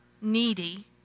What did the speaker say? needy